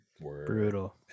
Brutal